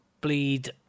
Bleed